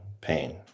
pain